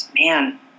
man